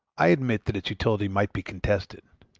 i admit that its utility might be contested.